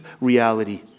reality